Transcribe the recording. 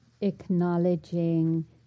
acknowledging